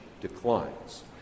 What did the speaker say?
declines